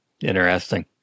interesting